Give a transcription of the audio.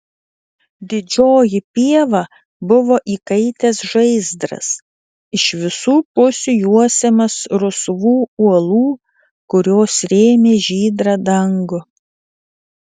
didžioji pieva buvo įkaitęs žaizdras iš visų pusių juosiamas rusvų uolų kurios rėmė žydrą dangų